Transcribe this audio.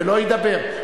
ולא ידבר?